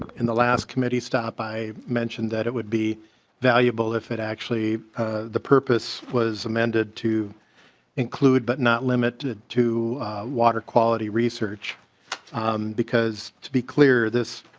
um in the last committee stop i mentioned that it would be valuable if it actually the purpose was amended to include but not limited to water quality research because to be clear this